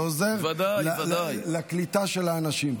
וזה עוזר לקליטה של האנשים פה.